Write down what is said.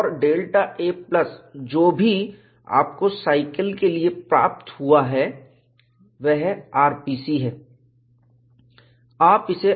और Δ a plus जो भी आपको साइकिल के लिए प्राप्त होता है वह rpcहै